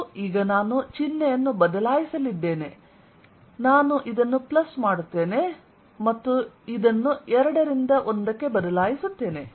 ಮತ್ತು ಈಗ ನಾನು ಚಿಹ್ನೆಯನ್ನು ಬದಲಾಯಿಸಲಿದ್ದೇನೆ ನಾನು ಇದನ್ನು ಪ್ಲಸ್ ಮಾಡುತ್ತೇನೆ ಮತ್ತು ಇದನ್ನು 2 ರಿಂದ 1 ಕ್ಕೆ ಬದಲಾಯಿಸುತ್ತೇನೆ